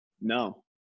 No